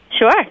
Sure